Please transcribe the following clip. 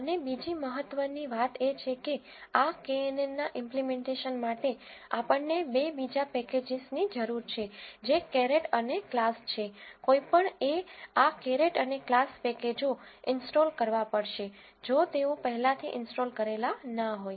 અને બીજી મહત્ત્વની વાત એ છે કે આ knn ના ઈમ્પલીમેન્ટેશન માટે આપણને બે બીજા પેકેજીસની જરૂર છે જે કેરેટ અને ક્લાસ છે કોઈપણ એ આ કેરેટ અને ક્લાસ પેકેજો ઇન્સ્ટોલ કરવા પડશે જો તેઓ પહેલાથી ઇન્સ્ટોલ કરેલા ના હોય